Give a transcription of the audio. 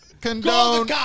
condone